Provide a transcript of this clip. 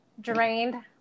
drained